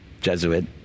Jesuit